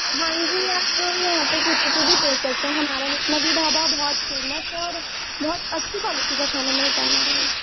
ہاں جی آپ یہاں پہ کسی سے بھی پوچھ سکتے ہیں ہمارا لکھنوی ڈھابا بہت فیمس ہے اور بہت اچھی کوالٹی کا کھانا ملتا ہے ہمارے یہاں